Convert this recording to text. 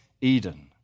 Eden